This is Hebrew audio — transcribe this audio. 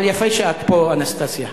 אבל יפה שאת פה, אנסטסיה.